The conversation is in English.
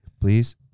please